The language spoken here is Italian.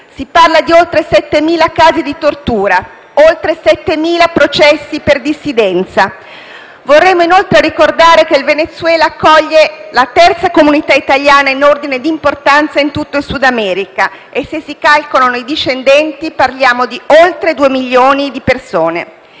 si parla di oltre settemila casi di tortura, oltre settemila processi per dissidenza. Vorremmo inoltre ricordare che il Venezuela accoglie la terza comunità italiana in ordine di importanza in tutto il Sudamerica e, se si calcolano i discendenti, parliamo di oltre due milioni di persone.